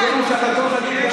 זה בחוק, יום שבתון כללי.